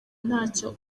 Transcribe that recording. ntacyo